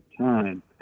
time